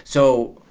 so,